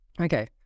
Okay